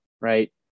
right